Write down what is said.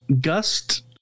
Gust